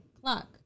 clock